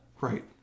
Right